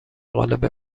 قالب